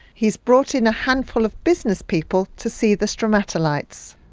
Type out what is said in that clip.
he has brought in a handful of businesspeople to see the stromatolites.